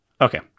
okay